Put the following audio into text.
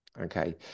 Okay